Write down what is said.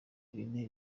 bine